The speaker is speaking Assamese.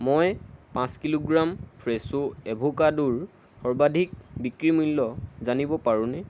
মই পাঁচ কিলোগ্ৰাম ফ্ৰেছো এভোকাডোৰ সৰ্বাধিক বিক্ৰী মূল্য জানিব পাৰোঁনে